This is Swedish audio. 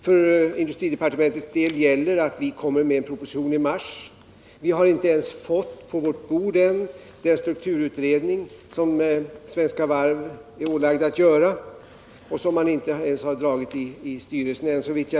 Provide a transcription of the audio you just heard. För industridepartementets del gäller att vi kommer med en proposition i mars. Vi har inte ens på vårt bord fått den strukturutredning som Svenska Varv ålagts att göra och som, såvitt jag vet, inte ens dragits i styrelsen.